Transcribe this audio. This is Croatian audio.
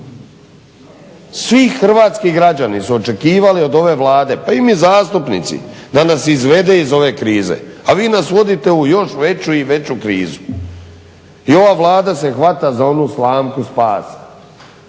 Svi hrvatski građani su očekivali od ove Vlade, pa i mi zastupnici da nas izvede iz ove krize, a vi nas vodite u još veću i veću krizu. I ova Vlada se hvata za onu slamku spasa